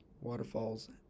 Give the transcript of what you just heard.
waterfalls